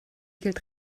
gilt